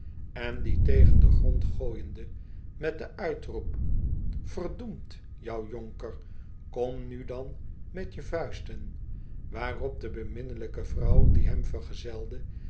en dien tegen den grond gooiende met den uitroep verd jou jonker komnudiinmet je vuisten waarop de beminnelijke vrouw die hem